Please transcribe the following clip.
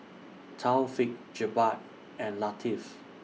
Taufik Jebat and Latif